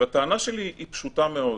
הטענה שלי פשוטה מאוד: